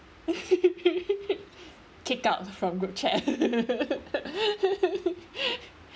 kick out from group chat